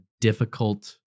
difficult